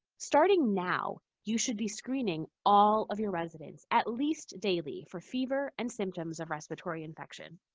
starting now, you should be screening all of your residents at least daily for fever and symptoms of respiratory infection.